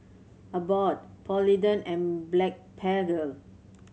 Abbott Polident and Blephagel